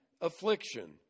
affliction